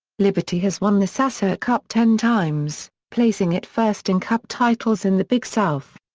liberty has won the sasser cup ten times, placing it first in cup titles in the big south.